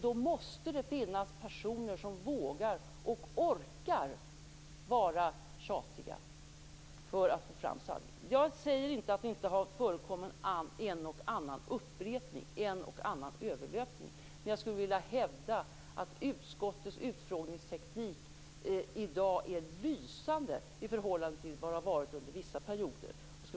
Då måste det finnas personer som vågar och orkar vara tjatiga för att få fram sanningen. Jag säger inte att det inte har förekommit en och annan upprepning och en och annan överlöpning. Men jag vill hävda att utskottets utfrågningsteknik i dag är lysande i förhållande till vad den har varit under vissa perioder.